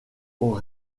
aux